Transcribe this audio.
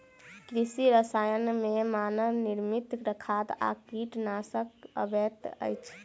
कृषि रसायन मे मानव निर्मित खाद आ कीटनाशक अबैत अछि